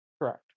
Correct